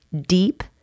deep